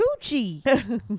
coochie